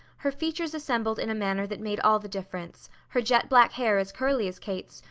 her features assembled in a manner that made all the difference, her jet-black hair as curly as kate's,